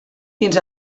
fins